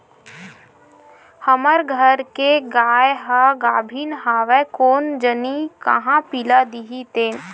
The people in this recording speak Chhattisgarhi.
हमर घर के गाय ह गाभिन हवय कोन जनी का पिला दिही ते